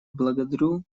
благодарю